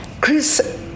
Chris